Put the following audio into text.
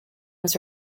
was